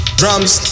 drums